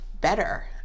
better